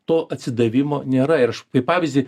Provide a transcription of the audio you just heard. to atsidavimo nėra ir aš kaip pavyzdį